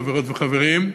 חברות וחברים,